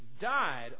died